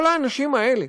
כל האנשים האלה,